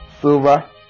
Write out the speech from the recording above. Silver